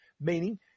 Meaning